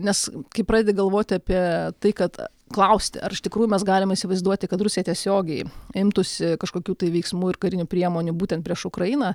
nes kai pradedi galvoti apie tai kad klausti ar iš tikrųjų mes galime įsivaizduoti kad rusija tiesiogiai imtųsi kažkokių veiksmų ir karinių priemonių būtent prieš ukrainą